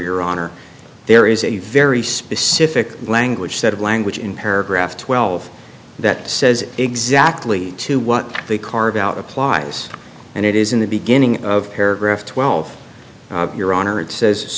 your honor there is a very specific language set of language in paragraph twelve that says exactly to what they carve out applies and it is in the beginning of paragraph twelve your honor it says